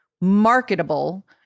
marketable